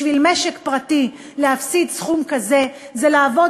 בשביל משק פרטי להפסיד סכום כזה זה לעבוד